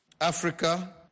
Africa